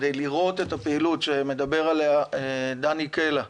כדי לראות את הפעילות שמדבר עליה דני קלע,